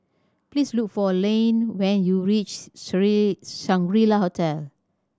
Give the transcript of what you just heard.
please look for Layne when you reach Shangri La Hotel